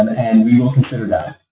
and and we will consider that.